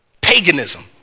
Paganism